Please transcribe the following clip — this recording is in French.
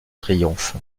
triomphe